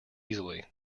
easily